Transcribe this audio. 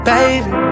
Baby